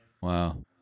Wow